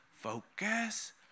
focus